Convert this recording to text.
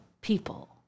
people